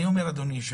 אדוני,